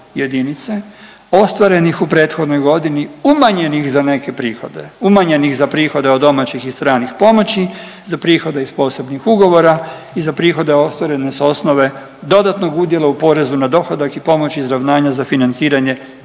jedinice ostvarenih u prethodnoj godini umanjenih za neke prihode. Umanjenih za prihode od domaćih i stranih pomoći, za prihode iz posebnih ugovora i za prihode ostvarene sa osnove dodatnog udjela u porezu na dohodak i pomoć izravnanja za financiranje